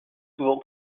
souvent